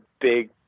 big